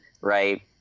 right